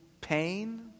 pain